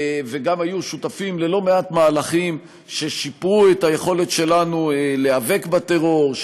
וגם היו שותפים ללא-מעט מהלכים ששיפרו את היכולת שלנו להיאבק בטרור,